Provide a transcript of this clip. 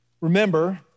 remember